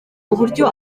uburyo